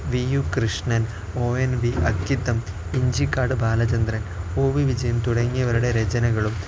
V U Krishnan O N V Akkitham Inchakkad Balachandran O V Vijayan തുടങ്ങിയവരുടെ രചനകളും